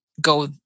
go